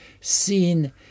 seen